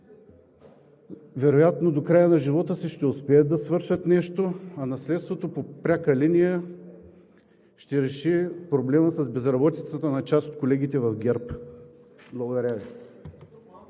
вероятно до края на живота си ще успеят да свършат нещо, а наследството по пряка линия ще реши проблема с безработицата на част от колегите в ГЕРБ. Благодаря Ви.